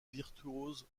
virtuose